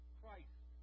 Christ